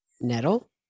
Nettle